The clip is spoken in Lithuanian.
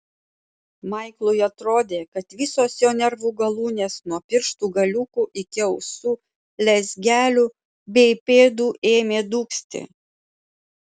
maiklui atrodė kad visos jo nervų galūnės nuo pirštų galiukų iki ausų lezgelių bei pėdų ėmė dūgzti